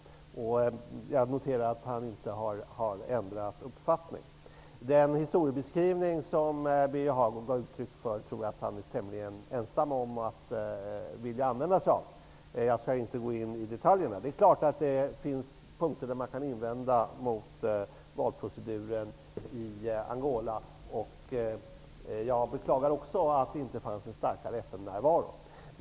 Jag noterar att han inte har ändrat uppfattning. Den historiebeskrivning som Birger Hagård gav uttryck för tror jag att han är tämligen ensam om att vilja använda sig av. Jag skall inte gå in på detaljerna i den beskrivningen. Det är klart att det finns punkter i valproceduren i Angola som man kan invända mot. Jag beklagar också att det inte fanns en starkare FN-närvaro.